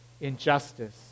injustice